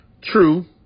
True